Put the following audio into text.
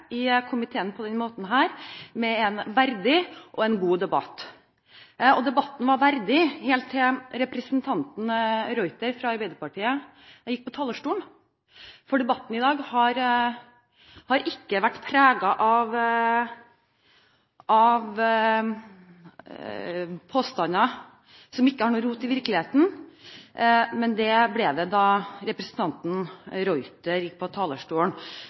i komiteen på denne måten, med en verdig og god debatt. Debatten var verdig helt til representanten de Ruiter fra Arbeiderpartiet gikk på talerstolen. Debatten i dag har ikke vært preget av påstander som ikke har rot i virkeligheten, men den ble det da representanten de Ruiter gikk på talerstolen